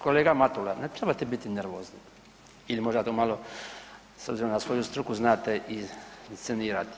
Kolega Matula, ne trebate biti nervozni ili možda to malo s obzirom na svoju struku znate iscenirati.